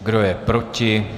Kdo je proti?